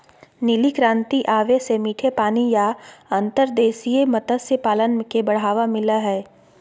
नीली क्रांति आवे से मीठे पानी या अंतर्देशीय मत्स्य पालन के बढ़ावा मिल लय हय